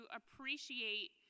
appreciate